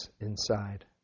inside